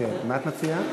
מה את מציעה?